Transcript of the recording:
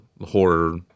horror